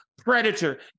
Predator